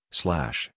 slash